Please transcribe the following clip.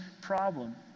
problem